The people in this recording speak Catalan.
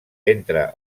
entre